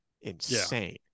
insane